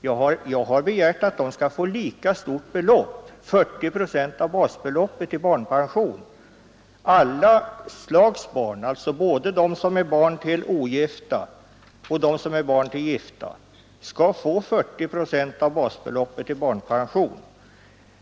Jag har begärt att alla barn, både barn till ogifta och barn till gifta, skall få lika stort belopp — 40 procent av basbeloppet — i barnpension.